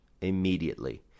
Immediately